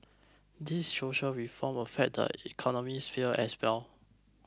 these social reform affect the economic sphere as well